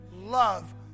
Love